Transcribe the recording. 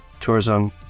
Tourism